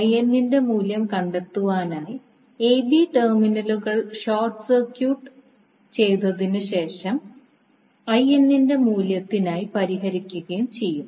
ൻറെ മൂല്യം കണ്ടെത്തുവാനായി ab ടെർമിനലുകൾ ഷോട്ട് ഷോർട്ട് സർക്യൂട്ട് ചെയ്തതിനുശേഷം ൻറെ മൂല്യത്തിനായി പരിഹരിക്കുകയും ചെയ്യും